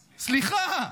סליחה.